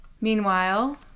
Meanwhile